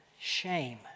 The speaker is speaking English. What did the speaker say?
shame